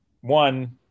one